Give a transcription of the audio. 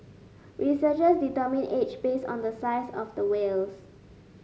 researchers determine age based on the size of the whales